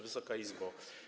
Wysoka Izbo!